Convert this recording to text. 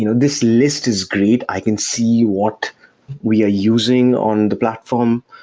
you know this list is great. i can see what we are using on the platform,